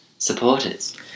supporters